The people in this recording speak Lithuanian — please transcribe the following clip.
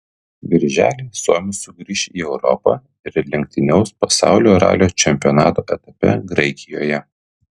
birželį suomis sugrįš į europą ir lenktyniaus pasaulio ralio čempionato etape graikijoje